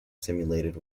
simulated